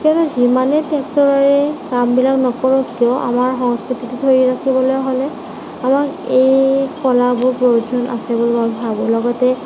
কাৰণ যিমানে ট্ৰেক্টৰেৰে কামবিলাক নকৰক কিয় আমাৰ সংস্কৃতিটো ধৰি ৰাখিবলৈ হ'লে আমাক এই কলাবোৰৰ প্ৰয়োজন আছিল বুলি ভাবোঁ লগতে